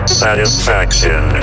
satisfaction